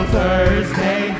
Thursday